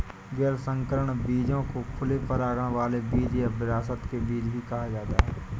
गैर संकर बीजों को खुले परागण वाले बीज या विरासत के बीज भी कहा जाता है